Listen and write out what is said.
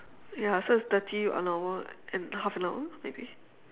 ya so it's thirty one hour and half an hour maybe